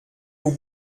aux